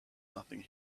nothing